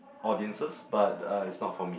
audiences but uh is not for me